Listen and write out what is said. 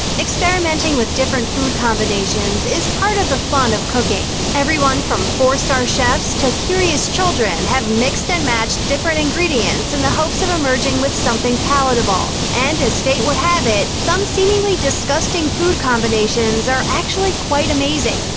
experimenting with different food combinations is part of the fun of cooking. everyone from four-star chefs to curious children have mixed and matched different ingredients in the hopes of emerging with something palatable, and as fate would have it, some seemingly disgusting food combinations are actually quite amazing.